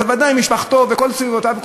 אבל ודאי משפחתו וכל סביבותיו,